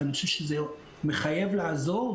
אני חושב שזה מחייב לעזור,